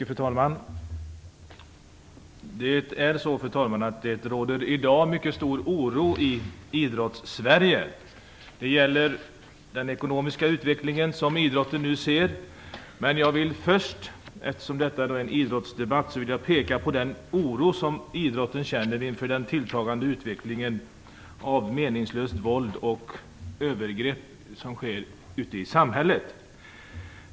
Fru talman! Det råder i dag mycket stor oro i Idrottssverige. Den gäller den ekonomiska utveckling som idrotten nu ser. Men jag vill först peka på den oro som man inom idrotten känner inför den tilltagande utvecklingen av meningslöst våld och övergrepp ute i samhället.